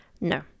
No